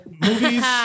Movies